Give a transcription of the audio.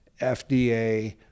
fda